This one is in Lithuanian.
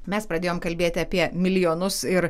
mes pradėjom kalbėti apie milijonus ir